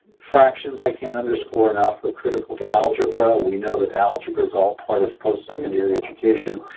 fractions, i can't underscore enough, are critical to algebra. we know that algebra is all part of postsecondary education.